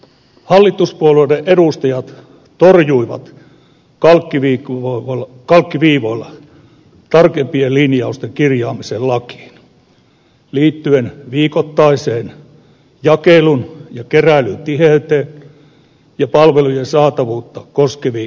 hallituspuolueiden edustajat torjuivat kalkkiviivoilla tarkempien linjausten kirjaamisen lakiin liittyen viikoittaiseen jakelun ja keräilyn tiheyteen ja palvelujen saatavuutta koskeviin ehtoihin